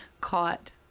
caught